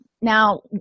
Now